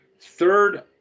third